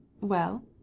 Well